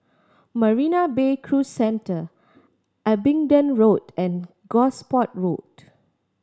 Marina Bay Cruise Centre Abingdon Road and Gosport Road